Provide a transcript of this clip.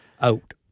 out